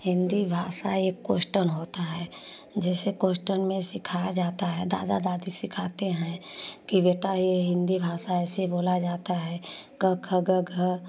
हिंदी भाषा एक कोस्टन होता है जैसे कोस्टन में सिखाया जाता है दादा दादी सिखाते है कि बेटा ये हिंदी भाषा ऐसे बोला जाता है क ख ग घ